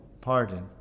pardon